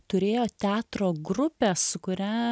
turėjo teatro grupę su kuria